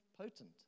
potent